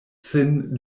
sin